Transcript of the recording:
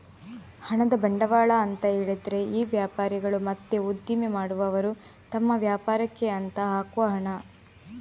ಹಣದ ಬಂಡವಾಳ ಅಂತ ಹೇಳಿದ್ರೆ ಈ ವ್ಯಾಪಾರಿಗಳು ಮತ್ತೆ ಉದ್ದಿಮೆ ಮಾಡುವವರು ತಮ್ಮ ವ್ಯಾಪಾರಕ್ಕೆ ಅಂತ ಹಾಕುವ ಹಣ